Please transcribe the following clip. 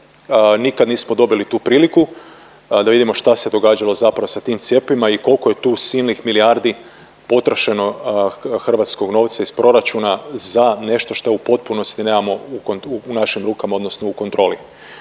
nikad nismo dobili tu priliku da vidimo šta se događalo zapravo sa tim cjepivima i koliko je tu silnih milijardi potrošeno hrvatskog novca iz proračuna za nešto što u potpunosti nemamo u našim rukama odnosno u kontroli.